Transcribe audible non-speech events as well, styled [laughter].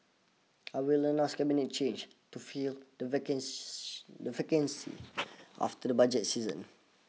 I will announce Cabinet changes to fill the vacant [noise] the vacancies after the budget season